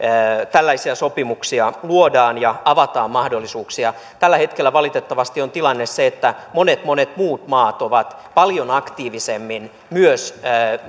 tällaisia sopimuksia luodaan ja että avataan mahdollisuuksia tällä hetkellä valitettavasti on tilanne se että monet monet muut maat ovat paljon aktiivisemmin myös